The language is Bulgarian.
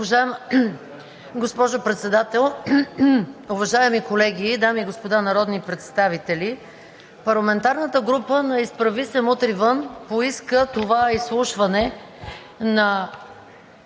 Уважаема госпожо Председател, уважаеми колеги, дами и господа народни представители! Парламентарната група на „Изправи се! Мутри вън!“ поиска това изслушване на